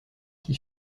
qui